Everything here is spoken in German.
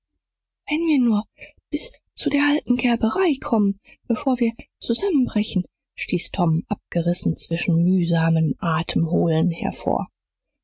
wenn wir nur bis zu der alten gerberei kommen bevor wir zusammenbrechen stieß tom abgerissen zwischen mühsamem atemholen hervor